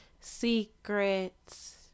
secrets